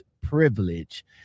privilege